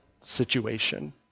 situation